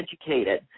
educated